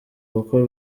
kuko